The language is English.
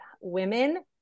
women